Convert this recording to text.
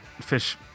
fish